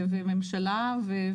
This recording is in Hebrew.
ממשלה וכנסת.